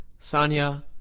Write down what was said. Sanya